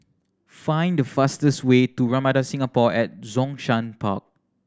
find the fastest way to Ramada Singapore at Zhongshan Park